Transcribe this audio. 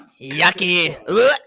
Yucky